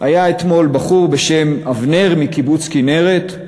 אתמול בחור בשם אבנר מקיבוץ כינרת.